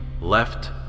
left